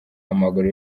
amaguru